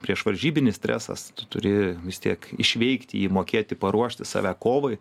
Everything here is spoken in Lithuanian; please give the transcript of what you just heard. prieš varžybinis stresas tu turi vis tiek išveikti jį mokėti paruošti save kovai